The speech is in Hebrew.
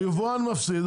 היבואן מפסיד,